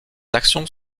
actions